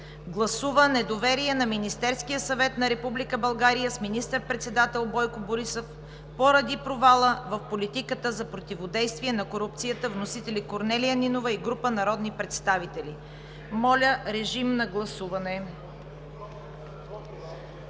Гласува недоверие на Министерския съвет на Република България с министър-председател Бойко Борисов поради провала в политиката за противодействие на корупцията.“ Вносители Корнелия Нинова и група народни представители. Моля, гласувайте.